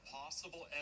possible